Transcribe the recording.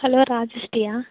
hello ராஜஸ்ரீயா